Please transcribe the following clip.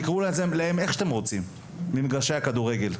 תקראו לזה איך שאתם רוצים אבל רוצים אותם מחוץ למגרשי הכדורגל.